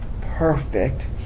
perfect